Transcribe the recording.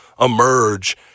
emerge